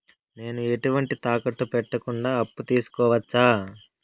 నేను ఎటువంటి తాకట్టు పెట్టకుండా అప్పు తీసుకోవచ్చా?